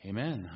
Amen